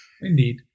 Indeed